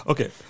Okay